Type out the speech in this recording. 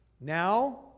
Now